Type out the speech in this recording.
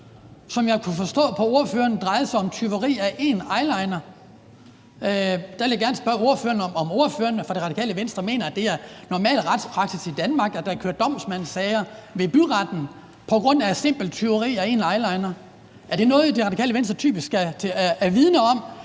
som jeg kunne forstå på ordføreren drejede sig om tyveri af en eyeliner. Der vil jeg gerne spørge ordføreren for Det Radikale Venstre, om ordføreren mener, at det er normal retspraksis i Danmark, at der kører domsmandssager ved byretten på grund af simpelt tyveri af en eyeliner. Er det noget, Det Radikale Venstre er vidende om